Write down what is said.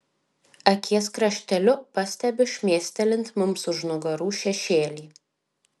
akies krašteliu pastebiu šmėstelint mums už nugarų šešėlį